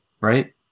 right